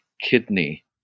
kidney